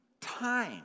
Time